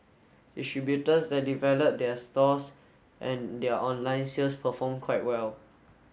distributors that develop their stores and their online sales perform quite well